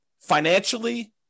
financially